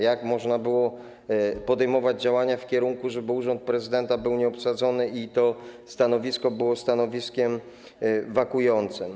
Jak można było podejmować działania w takim kierunku, żeby urząd prezydenta był nieobsadzony i to stanowisko było stanowiskiem wakującym?